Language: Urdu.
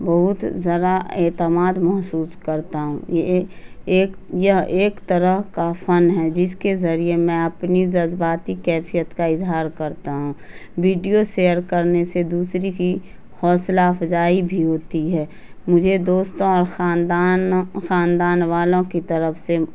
بہت ذرا اعتماد محسوس کرتا ہوں یہ ایک یہ ایک طرح کا فن ہے جس کے ذریعے میں اپنی زذباتی کیفیت کا اظہار کرتا ہوں ویڈیو شیئر کرنے سے دوسری کی حوصلہ افزائی بھی ہوتی ہے مجھے دوست اور خاندان خاندان والوں کی طرف سے